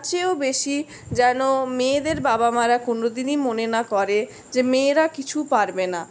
তার চেয়েও বেশি যেন মেয়েদের বাবা মারা কোনোদিনই মনে না করে যে মেয়েরা কিছু পারবে না